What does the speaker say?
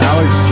Alex